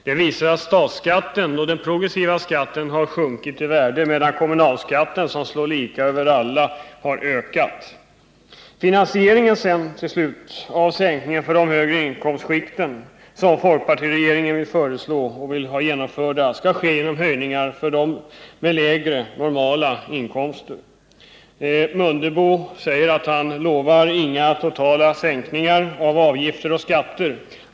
Det visar att den progressiva statsskatten har sjunkit i värde, medan kommunalskatten, som slår lika för alla, har ökat i värde. Finansieringen av den skattesänkning för de högre inkomstskikten som folkpartiregeringen föreslår skall ske genom höjningar av skatten för lägre normala inkomster. Ingemar Mundebo säger att han inte lovar några totala sänkningar av avgifter och skatter.